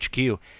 HQ